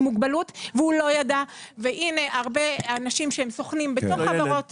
מוגבלות והוא לא ידע והרבה אנשים שהם סוכנים בתוך חברות.